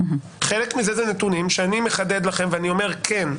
חלק מזה אלה נתונים שאני מחדד לכם ואני אומר כן,